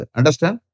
Understand